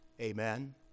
Amen